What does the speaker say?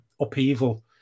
upheaval